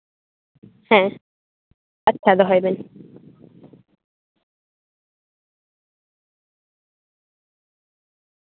ᱦᱮᱸ ᱟᱪᱪᱷᱟ ᱫᱚᱦᱚᱭ ᱫᱟᱞᱤᱧ